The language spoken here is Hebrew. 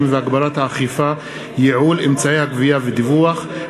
והגברת האכיפה (ייעול אמצעי הגבייה ודיווח),